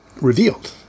Revealed